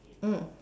mm